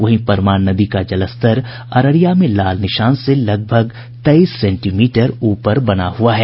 वहीं परमान नदी का जलस्तर अररिया में लाल निशान से लगभग तेईस सेंटीमीटर ऊपर बना हुआ है